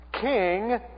King